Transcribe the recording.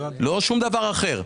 לא שום דבר אחר.